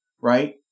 right